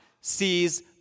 sees